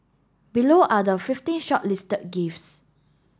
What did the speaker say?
below are the fifteen shortlisted gifts